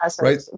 right